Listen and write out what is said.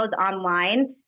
online